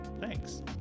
Thanks